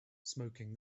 smoking